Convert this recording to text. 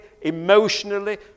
emotionally